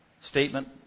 statement